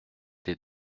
des